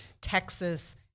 texas